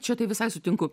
čia tai visai sutinku